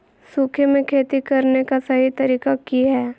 सूखे में खेती करने का सही तरीका की हैय?